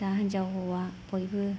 दा हिनजाव हौवा बयबो